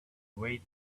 way